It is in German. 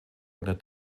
einer